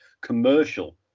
commercial